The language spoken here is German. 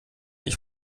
ich